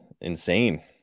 insane